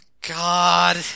God